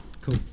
cool